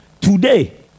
today